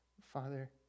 Father